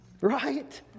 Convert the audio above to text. Right